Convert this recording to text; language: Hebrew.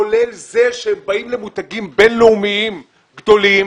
כולל זה שהם באים למותגים בין-לאומיים גדולים